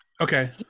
Okay